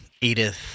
Edith